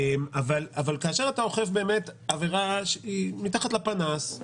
אבל כאשר אתה אוכף עבירה שהיא מתחת לפנס,